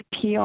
PR